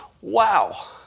Wow